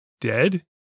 dead